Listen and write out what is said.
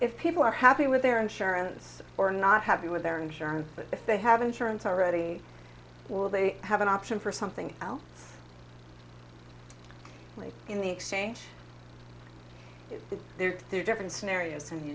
if people are happy with their insurance or are not happy with their insurance if they have insurance already will they have an option for something else like in the exchange that there are three different scenarios and